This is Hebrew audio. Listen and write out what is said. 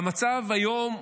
והמצב היום,